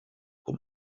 com